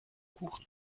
kuchen